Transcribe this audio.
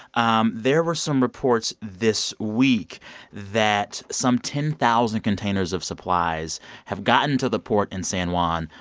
um there were some reports this week that some ten thousand containers of supplies have gotten to the port in san juan.